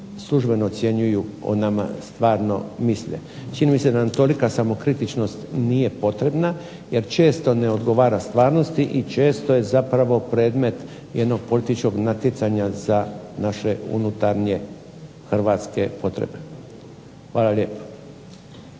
službeno ocjenjuju o nama stvarno misle. Čini mi se da nam tolika samokritičnost nije potrebna jer često ne odgovara stvarnosti i često je zapravo predmet jednog političkog natjecanja za naše unutarnje hrvatske potrebe. Hvala lijepo.